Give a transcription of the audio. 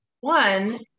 One